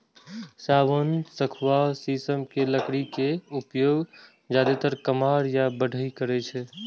सागवान, सखुआ, शीशम के लकड़ी के उपयोग जादेतर कमार या बढ़इ करै छै